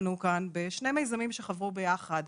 לנו השתתפות בשני מיזמים שחברו יחד.